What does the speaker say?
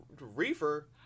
reefer